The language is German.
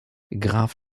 graf